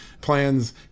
plans